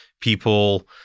people